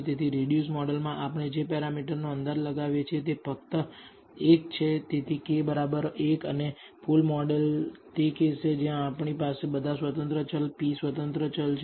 તેથી રિડ્યુસડ મોડલમાં આપણે જે પેરામીટરનો અંદાજ લગાવીએ છીએ તે ફક્ત 1 છે તેથી k 1 અને ફુલ મોડલ તે કેસ છે જ્યાં આપણી પાસે બધા સ્વતંત્ર ચલ p સ્વતંત્ર ચલ છે